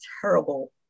terrible